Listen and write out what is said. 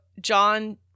John